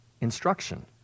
instruction